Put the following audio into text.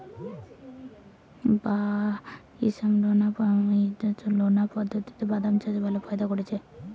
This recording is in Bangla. বাঃ মোজফ্ফর এবার ঈষৎলোনা মাটিতে বাদাম চাষে খুব ভালো ফায়দা করেছে